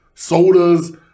Sodas